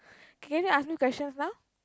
can you ask me questions now